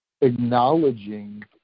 acknowledging